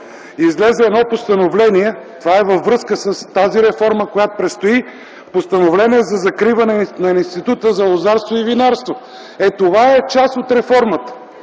Излезе едно постановление, това е във връзка с тази реформа, която предстои, постановление за закриване на Института за лозарство и винарство. Е, това е част от реформата!